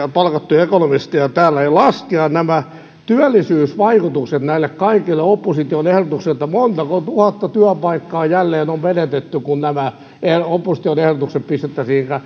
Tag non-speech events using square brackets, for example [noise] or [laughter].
[unintelligible] on palkattuja ekonomisteja täällä laskea työllisyysvaikutukset näille kaikille opposition ehdotuksille montako tuhatta työpaikkaa jälleen on menetetty kun nämä opposition ehdotukset pistettäisiin